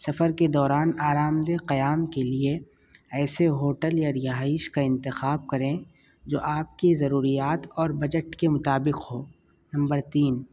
سفر کے دوران آرام دہ قیام کے لیے ایسے ہوٹل یا رہائش کا انتخاب کریں جو آپ کی ضروریات اور بجٹ کے مطابق ہو نمبر تین